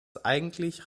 eigentlich